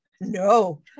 no